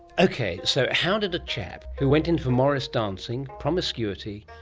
ok, so how did a chap who went in for morris dancing, promiscuity,